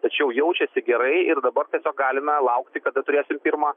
tačiau jaučiasi gerai ir dabar tiesiog galime laukti kada turėsim pirmą